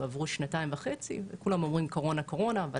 ברור שחייבים לטפל בחולים, אבל